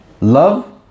love